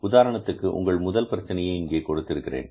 உதாரணத்திற்கு உங்களது முதல் பிரச்சனையை இங்கே கொடுத்திருக்கிறேன்